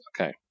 Okay